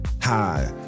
Hi